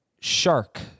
Shark